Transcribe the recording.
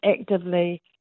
actively